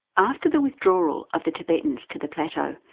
after the withdrawal of the tibetans to the plateau,